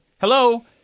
Hello